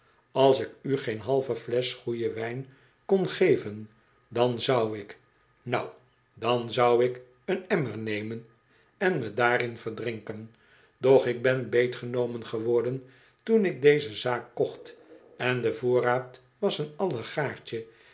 als ik u geen halve flesch goeien wijn kon geven dan zou ik nou dan zou ik een emmer nemen en me daarin verdrinken doch ik ben beetgenomen geworden toen ik deze zaak kocht en de voorraad was een